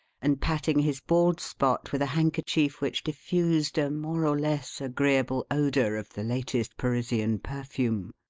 and patting his bald spot with a handkerchief which diffused a more or less agreeable odour of the latest parisian perfume.